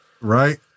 Right